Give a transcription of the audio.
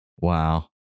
Wow